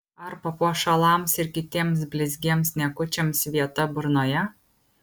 ar papuošalams ir kitiems blizgiems niekučiams vieta burnoje